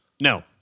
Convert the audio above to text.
No